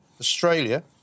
Australia